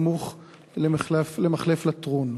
סמוך למחלף לטרון,